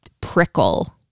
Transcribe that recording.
prickle